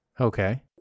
Okay